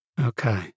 Okay